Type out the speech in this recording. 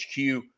HQ